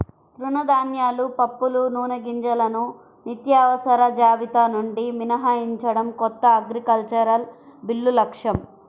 తృణధాన్యాలు, పప్పులు, నూనెగింజలను నిత్యావసరాల జాబితా నుండి మినహాయించడం కొత్త అగ్రికల్చరల్ బిల్లు లక్ష్యం